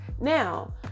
Now